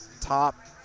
top